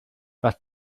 das